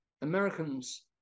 americans